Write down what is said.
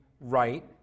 right